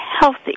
healthy